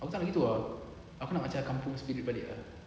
aku tak nak gitu ah aku nak macam kampung spirit balik ah